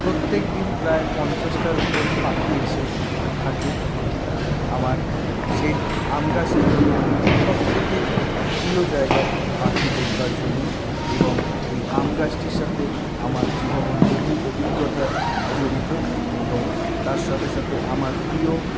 প্রত্যেক দিন প্রায় পঞ্চাশটার উপর পাখি এসে থাকে আমার সেই আম গাছটি হলো সবথেকে প্রিয় জায়গা পাখি দেখবার জন্য এবং এই আম গাছটির সাথে আমার জীবনের বহু অভিজ্ঞতা জড়িত এবং তার সাথে সাথে আমার প্রিয়